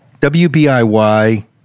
WBIY